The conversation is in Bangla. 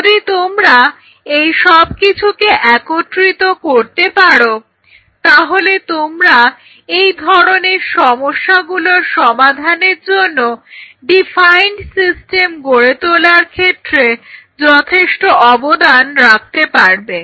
যদি তোমরা এইসব কিছুকে একত্রিত করতে পারো তাহলে তোমরা এই ধরনের সমস্যাগুলোর সমাধানের জন্য ডিফাইন্ড সিস্টেম গড়ে তোলার ক্ষেত্রে যথেষ্ট অবদান রাখতে পারবে